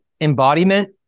embodiment